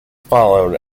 followed